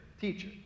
teacher